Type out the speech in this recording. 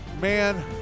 Man